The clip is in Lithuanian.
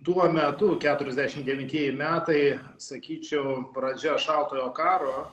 tuo metu keturiasdešim devintieji metai sakyčiau pradžia šaltojo karo